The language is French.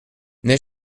n’ai